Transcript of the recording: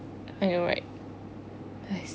I know right